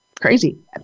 Crazy